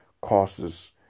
causes